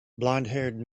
blondhaired